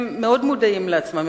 הם מאוד מודעים לעצמם,